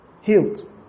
Healed